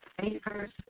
favors